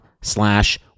slash